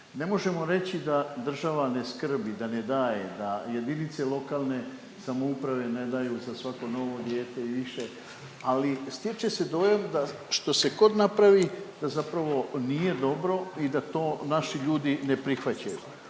ne možemo reći da država ne skrbi, da ne daje, da jedinice lokalne samouprave ne daju za svako novo dijete i više. Ali stječe se dojam da što se god napravi da zapravo nije dobro i da to naši ljudi ne prihvaćaju.